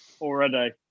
already